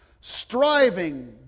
striving